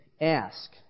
ask